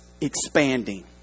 expanding